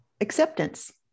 acceptance